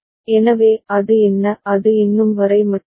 எனவே அது என்ன அது எண்ணும் வரை மட்டுமே